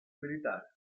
militare